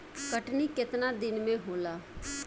कटनी केतना दिन में होला?